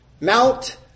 Mount